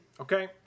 Okay